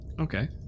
Okay